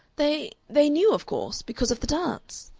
they they knew, of course. because of the dance.